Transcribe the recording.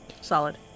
solid